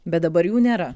bet dabar jų nėra